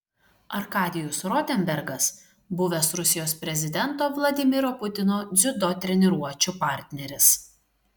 arkadijus rotenbergas buvęs rusijos prezidento vladimiro putino dziudo treniruočių partneris